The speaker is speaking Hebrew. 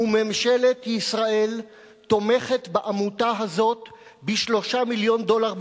וממשלת ישראל תומכת בעמותה הזאת ב-3 מיליון דולר בשנה?